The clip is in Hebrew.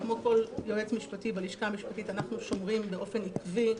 כמו כל יועץ משפטי בלשכה המשפטית אנחנו שומרים באופן עקבי,